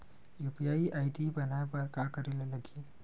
UPI ID बनाये बर का करे ल लगही?